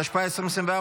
התשפ"ה 2024,